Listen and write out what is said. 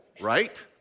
right